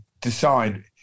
decide